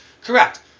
Correct